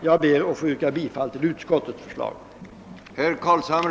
Jag ber att få yrka bifall till utskottets hemställan.